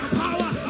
power